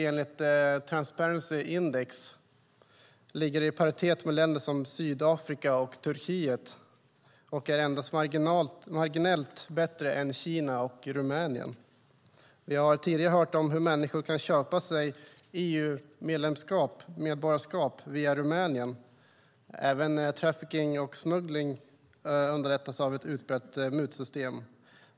Enligt Transparency Index ligger den i paritet med länder som Sydafrika och Turkiet och är endast marginellt mindre än i Kina och Rumänien. Vi har tidigare hört om hur människor kan köpa sig EU-medborgarskap via Rumänien. Även trafficking och smuggling underlättas av ett utbrett mutsystem.